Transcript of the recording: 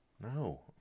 No